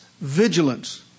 vigilance